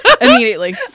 immediately